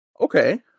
Okay